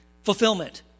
Fulfillment